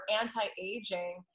anti-aging